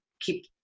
keep